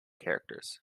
characters